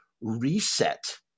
reset